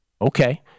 Okay